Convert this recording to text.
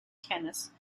tennis